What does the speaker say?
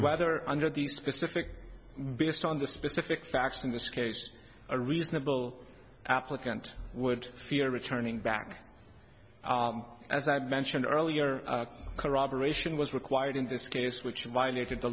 whether under these specific based on the specific facts in this case a reasonable applicant would fear returning back as i mentioned earlier corroboration was required in this case which violated the